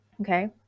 okay